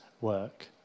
work